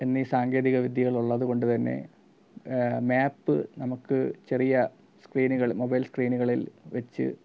എന്നീ സാങ്കേതിക വിദ്യകൾ ഉള്ളതുകൊണ്ടു തന്നെ മാപ്പ് നമുക്കു ചെറിയ സ്ക്രീനുകൾ മൊബൈൽ സ്ക്രീനുകളിൽ വെച്ച്